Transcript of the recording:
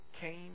came